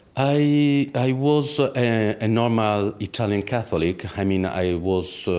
i i was a normal italian catholic. i mean, i was, so